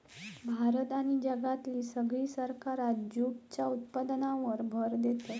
भारत आणि जगातली सगळी सरकारा जूटच्या उत्पादनावर भर देतत